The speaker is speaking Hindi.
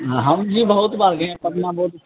हाँ हम भी बहुत बार गएं हैं पटना बौध